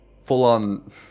Full-on